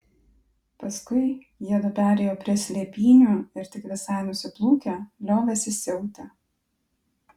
paskui jiedu perėjo prie slėpynių ir tik visai nusiplūkę liovėsi siautę